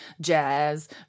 jazz